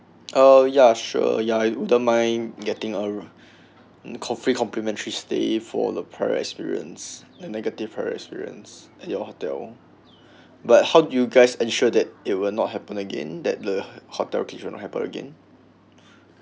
ah ya sure ya I don't mind getting um free complimentary stay for the prior experience and negative prior experience at your hotel but how do you guys ensure that it will not happen again that the hotel glitch will not happen again